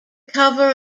cover